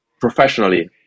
professionally